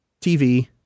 TV